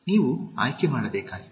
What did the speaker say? ನೀವು ಆಯ್ಕೆ ಮಾಡಬೇಕಾಗಿದೆ